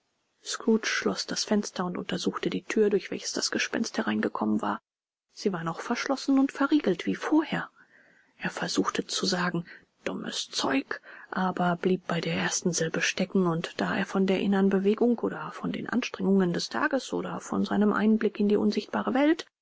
scrooge schloß das fenster und untersuchte die thür durch welche das gespenst hereingekommen war sie war noch verschlossen und verriegelt wie vorher er versuchte zu sagen dummes zeug aber blieb bei der ersten silbe stecken und da er von der innern bewegung oder von den anstrengungen des tages oder von seinem einblick in die unsichtbare welt